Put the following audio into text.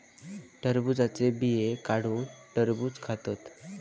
टरबुजाचे बिये काढुन टरबुज खातत